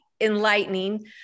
enlightening